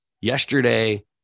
Yesterday